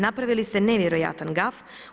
Napravili ste nevjerojatan gaf.